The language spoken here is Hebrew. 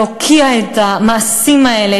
להוקיע את המעשים האלה,